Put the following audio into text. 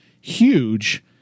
huge